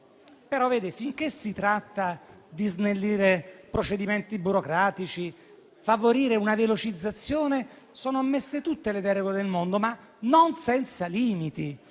Finché si tratta di snellire procedimenti burocratici e di favorire una velocizzazione, sono ammesse tutte le deroghe del mondo, ma non senza limiti.